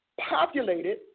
populated